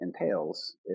entails